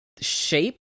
shape